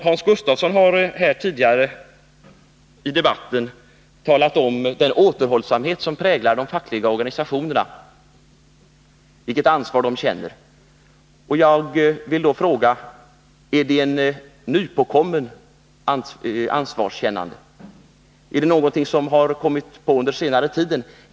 Hans Gustafsson har tidigare i den här debatten talat om den återhållsamhet som präglar de fackliga organisationerna, vilket ansvar de känner. Jag vill då fråga: Är det ett nypåkommet ansvarskännande — någonting som har kommit under senare tid?